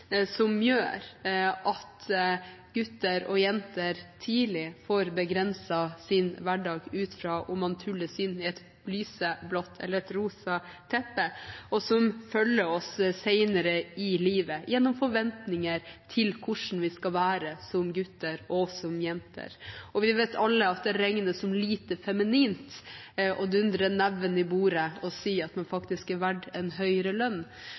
som gjør at gutter og jenter tidlig får begrenset sin hverdag ut fra om man tulles inn i et lyseblått eller et rosa teppe, og som følger oss senere i livet gjennom forventninger til hvordan vi skal være som gutter og jenter. Vi vet alle at det regnes som lite feminint å dundre neven i bordet og si at man er verdt en høyere lønn,